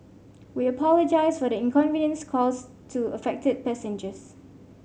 we apologise for the inconvenience caused to affected passengers